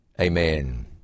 Amen